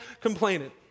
complaining